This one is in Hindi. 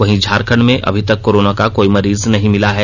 वहीं झारखंड में अभी तक कोरोना का कोई मरीज नहीं मिला है